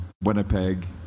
Winnipeg